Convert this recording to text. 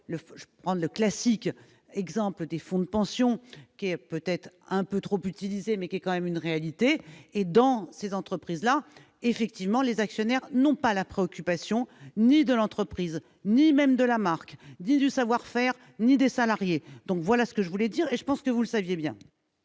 le feu dans le classique, exemple des fonds de pension qui peut-être un peu trop utilisé, mais qui est quand même une réalité, et dans ces entreprises-là, effectivement, les actionnaires n'ont pas la préoccupation, ni de l'entreprise, ni même de la marque du savoir-faire ni des salariés, donc voilà ce que je voulais dire, je pense que vous le saviez bien.